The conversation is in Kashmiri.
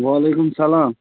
وعلیکُم سلام